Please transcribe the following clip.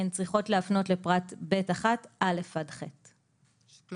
הן צריכות להפנות לפרט ב(1)(א) עד (ח) לשיטתנו.